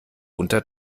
unter